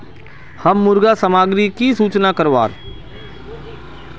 हम मुर्गा सामग्री की सूचना करवार?